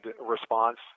response